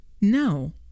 No